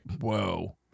whoa